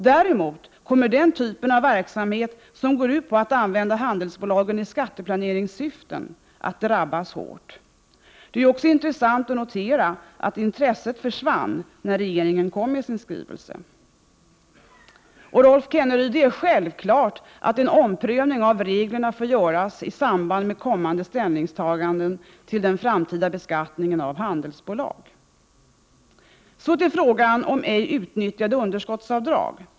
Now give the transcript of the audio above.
Däremot kommer den typen av verksamhet som går ut på att använda handelsbolagen i skatteplaneringssyften att drabbas hårt. Det bör noteras att intresset försvann när regeringen kom med sin Prot. 1988/89:45 skrivelse. 14 december 1988 Och det är självklart, Rolf Kenneryd, att en omprövning av reglerna får msn og göras i samband med kommande ställningstaganden till den framtida beskattningen av handelsbolag. Så går jag över till frågan om ej utnyttjade underskottsavdrag.